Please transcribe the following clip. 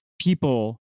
people